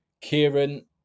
Kieran